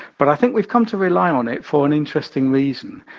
but i think we've come to rely on it for an interesting reason.